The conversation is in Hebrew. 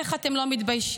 איך אתם לא מתביישים?